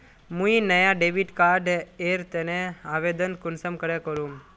मुई नया debit card एर तने आवेदन कुंसम करे करूम?